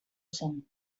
zen